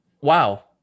wow